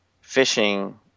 Fishing